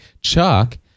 Chuck